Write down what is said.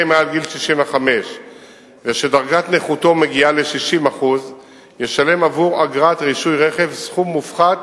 מעל גיל 65 שדרגת נכותו מגיעה ל-60% ישלם עבור אגרת רישוי רכב סכום מופחת